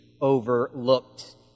overlooked